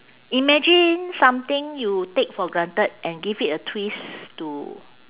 imagine something you take for granted and give it a twist to